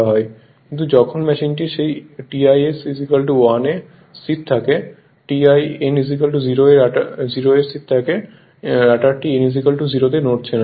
কিন্তু যখন মেশিনটি সেই tis 1 এ স্থির থাকে কারণ সেই tin 0 এ রটারটি n 0 নড়ছে না